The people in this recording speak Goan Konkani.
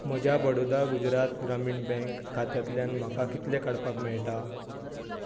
म्हज्या बडौदा गुजरात ग्रामीण बँक खात्यांतल्यान म्हाका कितले काडपाक मेळटा